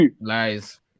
Lies